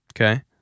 Okay